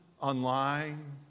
online